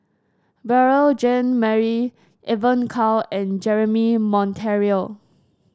Beurel Jean Marie Evon Kow and Jeremy Monteiro